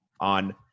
on